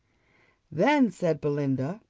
then, said belinda,